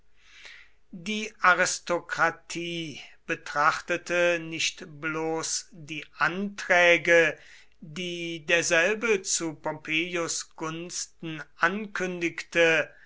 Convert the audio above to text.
die aristokratie betrachtete nicht bloß die anträge die derselbe zu pompeius gunsten ankündigte